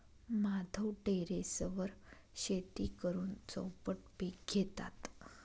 माधव टेरेसवर शेती करून चौपट पीक घेतात